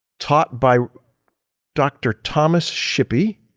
taught by dr. thomas shippey.